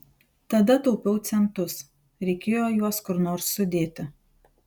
tada taupiau centus reikėjo juos kur nors sudėti